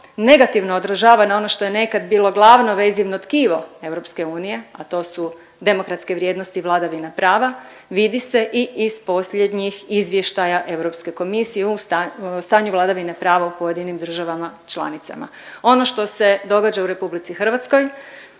negativno odražava na ono što je nekad bilo glavno vezivno tkivo EU, a to su demokratske vrijednosti, vladavina prava, vidi se i iz posljednjih izvještaja Europske komisije o stanju vladavine prava u pojedinim državama članicama. Ono što se događa u RH za